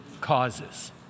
causes